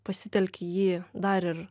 pasitelki jį dar ir